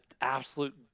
absolute